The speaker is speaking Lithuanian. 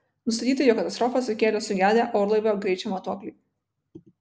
nustatyta jog katastrofą sukėlė sugedę orlaivio greičio matuokliai